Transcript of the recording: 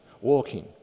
walking